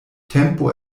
tempo